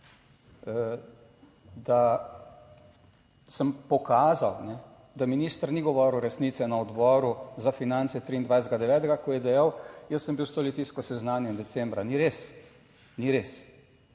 da sem pokazal, da minister ni govoril resnice na Odboru za finance, 23. 9., ko je dejal, jaz sem bil s to litijsko seznanjen decembra, ni res. Ni res.